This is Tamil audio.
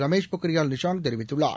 ரமேஷ் பொக்ரியால் நிஷாங் தெரிவித்துள்ளார்